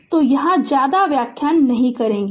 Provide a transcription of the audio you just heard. तो यहाँ ज्यादा व्याख्या नहीं करेंगे